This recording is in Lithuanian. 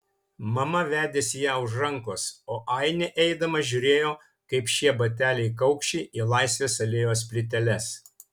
mama vedėsi ją už rankos o ainė eidama žiūrėjo kaip šie bateliai kaukši į laisvės alėjos plyteles